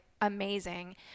amazing